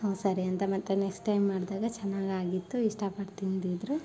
ಹ್ಞೂ ಸರಿ ಅಂತ ಮತ್ತು ನೆಕ್ಸ್ಟ್ ಟೈಮ್ ಮಾಡಿದಾಗ ಚೆನ್ನಾಗಿ ಆಗಿತ್ತು ಇಷ್ಟಪಟ್ಟು ತಿಂದಿದ್ದರು